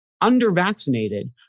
under-vaccinated